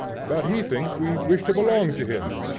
but he thinks we wish to belong to him,